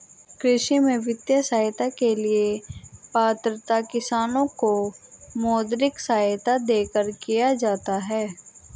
कृषि में वित्तीय सहायता के लिए पात्रता किसानों को मौद्रिक सहायता देकर किया जाता है